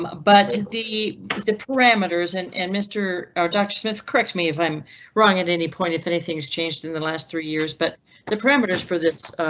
um but the the parameters and and mr um smith, correct me if i'm wrong at any point if anything is changed in the last three years, but the parameters for this.